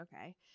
okay